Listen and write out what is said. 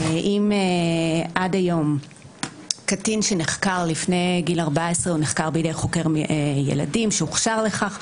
אם עד היום קטין שנחקר לפני גיל 14 נחקר בידי חוקר ילדים שהוכשר לכך,